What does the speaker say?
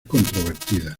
controvertida